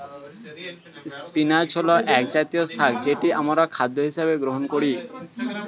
spinach হল একজাতীয় শাক যেটি আমরা খাদ্য হিসেবে গ্রহণ করি